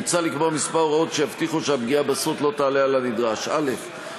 מוצע לקבוע כמה הוראות שיבטיחו שהפגיעה בזכות לא תעלה על הנדרש: א.